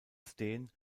steen